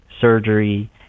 surgery